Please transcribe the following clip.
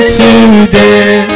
today